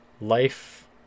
life